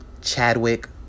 Chadwick